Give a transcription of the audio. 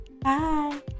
Bye